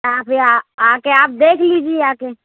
آکے آکے آپ دیکھ لیجیے آکے